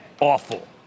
awful